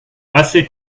assez